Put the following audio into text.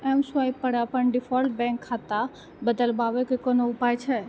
एमस्वाइपपर अपन default bank खाता बदलबाक कोनो उपाय छै